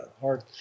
hard